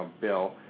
bill